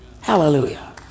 Hallelujah